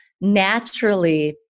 naturally